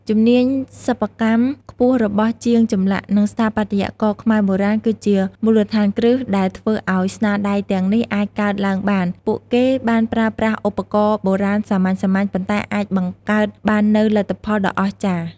ជំនាញសិប្បកម្មខ្ពស់របស់ជាងចម្លាក់ និងស្ថាបត្យករខ្មែរបុរាណ គឺជាមូលដ្ឋានគ្រឹះដែលធ្វើឱ្យស្នាដៃទាំងនេះអាចកើតឡើងបាន។ ពួកគេបានប្រើប្រាស់ឧបករណ៍បុរាណសាមញ្ញៗ ប៉ុន្តែអាចបង្កើតបាននូវលទ្ធផលដ៏អស្ចារ្យ។